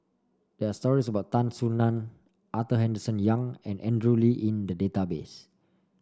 there are stories about Tan Soo Nan Arthur Henderson Young and Andrew Lee in the database